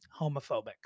homophobic